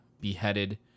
Beheaded